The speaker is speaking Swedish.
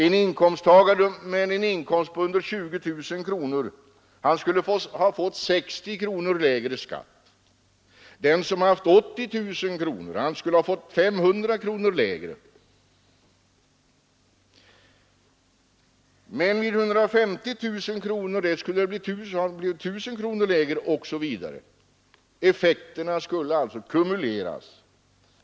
En löntagare med en inkomst under 20 000 kronor skulle ha fått 60 kronor lägre skatt. Den som har 80 000 kronor skulle få 500 kronor lägre skatt. Men vid 150 000 kronor skulle skatten bli 1 000 kronor lägre, osv. Effekterna skulle alltså kumuleras.